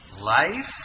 life